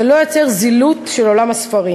זה לא יוצר זילות של עולם הספרים.